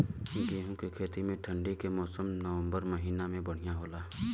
गेहूँ के खेती ठंण्डी के मौसम नवम्बर महीना में बढ़ियां होला?